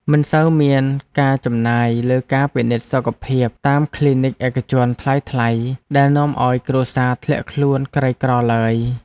មិនសូវមានការចំណាយលើការពិនិត្យសុខភាពតាមគ្លីនិកឯកជនថ្លៃៗដែលនាំឱ្យគ្រួសារធ្លាក់ខ្លួនក្រីក្រឡើយ។